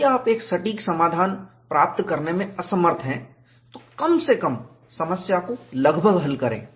यदि आप एक सटीक समाधान प्राप्त करने में असमर्थ हैं तो कम से कम समस्या को लगभग हल करें